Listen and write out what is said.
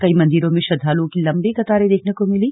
कई मंदिरों में श्रद्वालुओं की लंबी कतारें देखने को मिली